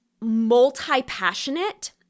multi-passionate